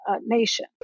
nation